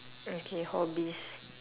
mm K hobbies